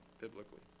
biblically